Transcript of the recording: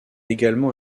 également